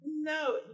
No